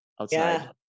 outside